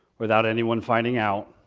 without anyone finding out.